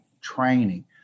training